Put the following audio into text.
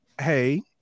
hey